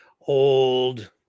old